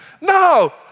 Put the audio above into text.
No